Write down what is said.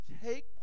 take